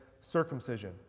circumcision